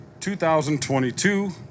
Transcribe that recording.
2022